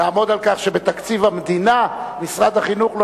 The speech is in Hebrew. לעמוד על כך שבתקציב המדינה משרד החינוך לא